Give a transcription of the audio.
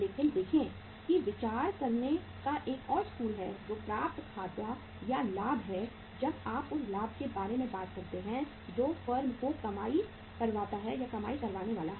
लेकिन देखें कि विचार करने का एक और स्कूल है जो प्राप्त खाता या लाभ है जब आप उस लाभ के बारे में बात करते हैं जो फर्म को कमाई होने वाली है